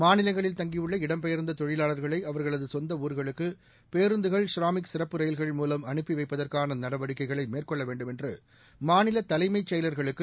மாநிலங்களில் தங்கியுள்ள இடம்பெயர்ந்த தொழிலாளர்களை அவர்களது செனந்த ஊர்களுக்கு பேருந்துகள் ஷ்ராமிக் சிறப்பு ரயில்கள் மூலம் அனுப்பி வைப்பதற்கான நடவடிக்கைகளை மேற்கொள்ள வேண்டும் என்று மாநில தலைமைச் செயலாளர்களுக்கு